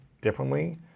differently